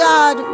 God